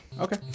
okay